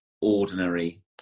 ordinary